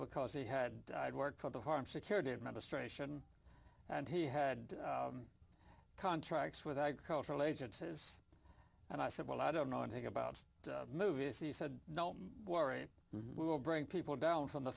because he had worked for the harm security administration and he had contracts with agricultural agent says and i said well i don't know anything about movies he said don't worry we will bring people down from the